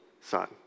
son